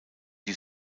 die